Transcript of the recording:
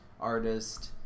artist